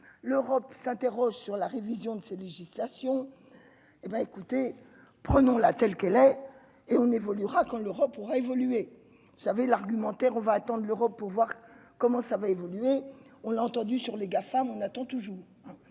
l'Europe s'interroge sur la révision de cette législation et bah, écoutez, prenons la telle qu'elle est et on évoluera, quand l'Europe aura évolué, ça avait l'argumentaire va attendent l'Europe pour voir comment ça va évoluer, on l'a entendu sur les Gafam, on attend toujours